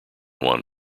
juan